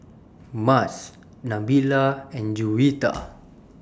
Mas Nabila and Juwita